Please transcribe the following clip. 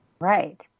right